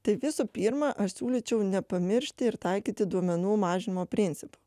tai visų pirma aš siūlyčiau nepamiršti ir taikyti duomenų mažinimo principą